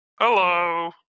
Hello